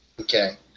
Okay